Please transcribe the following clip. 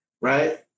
right